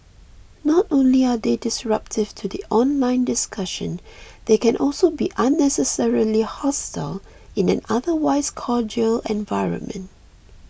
not only are they disruptive to the online discussion they can also be unnecessarily hostile in an otherwise cordial environment